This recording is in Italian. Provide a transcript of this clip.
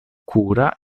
cura